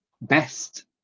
best